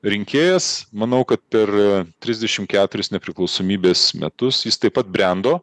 rinkėjas manau kad per trisdešim keturis nepriklausomybės metus jis taip pat brendo